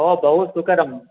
ओ बहु सुकरं